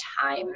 time